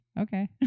Okay